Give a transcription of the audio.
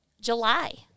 July